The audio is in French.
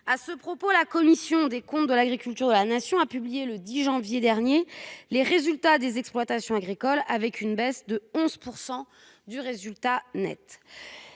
À ce propos, la commission des comptes de l'agriculture de la Nation a publié, le 10 janvier dernier, les résultats des exploitations agricoles : le résultat net